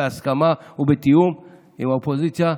בהסכמה ובתיאום עם האופוזיציה,